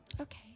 Okay